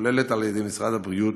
המתוכללת על-ידי משרד הבריאות.